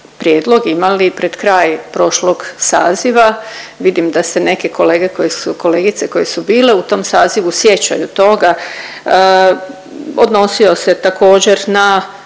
imali pred kraj prošlog saziva, vidim da se neke kolege koji su i kolegice koje su bile u tom sazivu sjećaju toga, odnosio se također na